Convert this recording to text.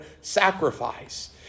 sacrifice